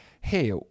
hey